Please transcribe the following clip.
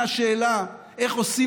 נסתפק.